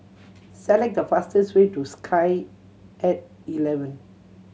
select the fastest way to Sky At Eleven